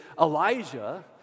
Elijah